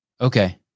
Okay